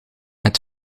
met